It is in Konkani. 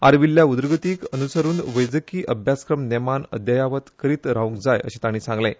आर्विल्ल्या उदरगतीक अनुसरून वैजकी अभ्यासक्रम नेमान अद्ययावत करीत रावूंक जाय अशें तांणी सांगलें